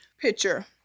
picture